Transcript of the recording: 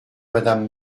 madame